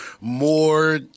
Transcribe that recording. more